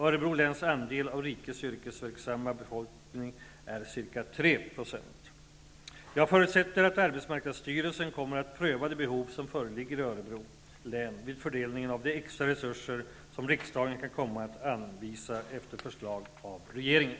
Örebro läns andel av rikets yrkesverksamma befolkning är ca Jag förutsätter att arbetsmarknadsstyrelsen kommer att pröva de behov som föreligger i Örebro län vid fördelningen av de extra resurser som riksdagen kan komma att anvisa efter förslag av regeringen.